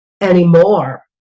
anymore